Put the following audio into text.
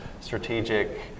strategic